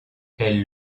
elle